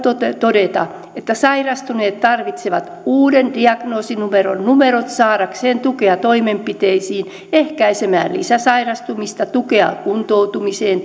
todeta että sairastuneet tarvitsevat uudet diagnoosinumerot saadakseen tukea toimenpiteisiin ehkäisemään lisäsairastumista tukea kuntoutumiseen